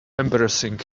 embarrassing